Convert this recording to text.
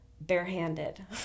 barehanded